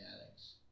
addicts